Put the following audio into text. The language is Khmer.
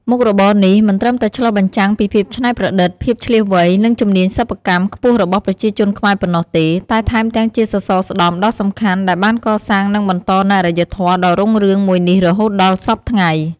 មុខរបរនេះមិនត្រឹមតែឆ្លុះបញ្ចាំងពីភាពច្នៃប្រឌិត ភាពឈ្លាសវៃ និងជំនាញសិប្បកម្មខ្ពស់របស់ប្រជាជនខ្មែរប៉ុណ្ណោះទេ តែថែមទាំងជាសសរស្តម្ភដ៏សំខាន់ដែលបានកសាងនិងបន្តនូវអរិយធម៌ដ៏រុងរឿងមួយនេះរហូតដល់ាសព្វថ្ងៃ។